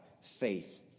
faith